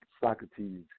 Socrates